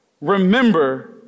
remember